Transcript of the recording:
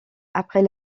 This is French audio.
après